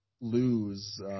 lose